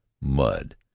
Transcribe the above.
mud